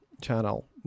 channel